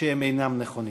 ושהם אינם נכונים.